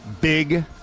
big